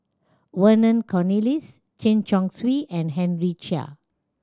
Vernon Cornelius Chen Chong Swee and Henry Chia